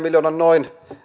miljoonaa